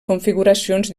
configuracions